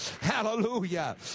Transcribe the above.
hallelujah